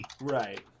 Right